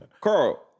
Carl